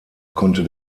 konnte